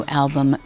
album